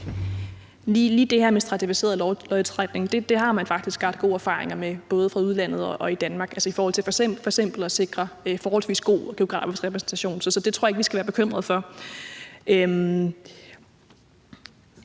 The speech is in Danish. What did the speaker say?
Lige det her med stratificeret lodtrækning har man faktisk ret gode erfaringer med fra både udlandet og i Danmark i forhold til f.eks. at sikre forholdsvis god geografisk repræsentation, så det tror jeg ikke vi skal være bekymrede for.